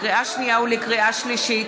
לקריאה שנייה ולקריאה שלישית: